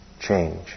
change